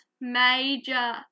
major